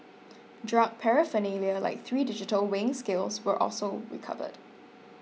drug paraphernalia like three digital weighing scales were also recovered